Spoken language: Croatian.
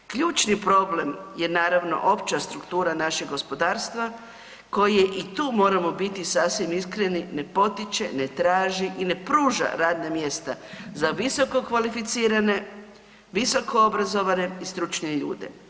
Ključni problem je naravno opća struktura našeg gospodarstva koje i tu moramo biti sasvim iskreni ne potiče, ne traži i ne pruža radna mjesta za visokokvalificirane, visoko obrazovane i stručne ljude.